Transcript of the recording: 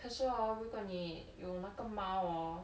可是 orh 如果你有那个猫 orh